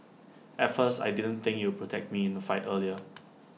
at first I didn't think you protect me in A fight either